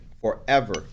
forever